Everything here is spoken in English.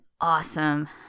awesome